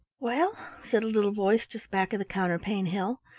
well, said a little voice just back of the counterpane hill,